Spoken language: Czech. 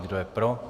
Kdo je pro?